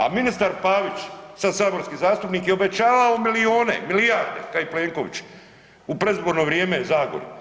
A ministar Pavić sad saborski zastupnik je obećavao milione, milijarde ka i Plenković u predizborno vrijeme u Zagori.